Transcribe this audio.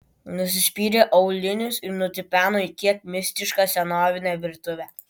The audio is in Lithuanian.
nusispyrė aulinius ir nutipeno į kiek mistišką senovinę virtuvę